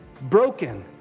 Broken